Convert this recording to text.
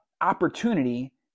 opportunity